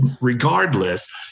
regardless